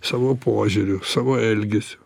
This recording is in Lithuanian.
savo požiūriu savo elgesiu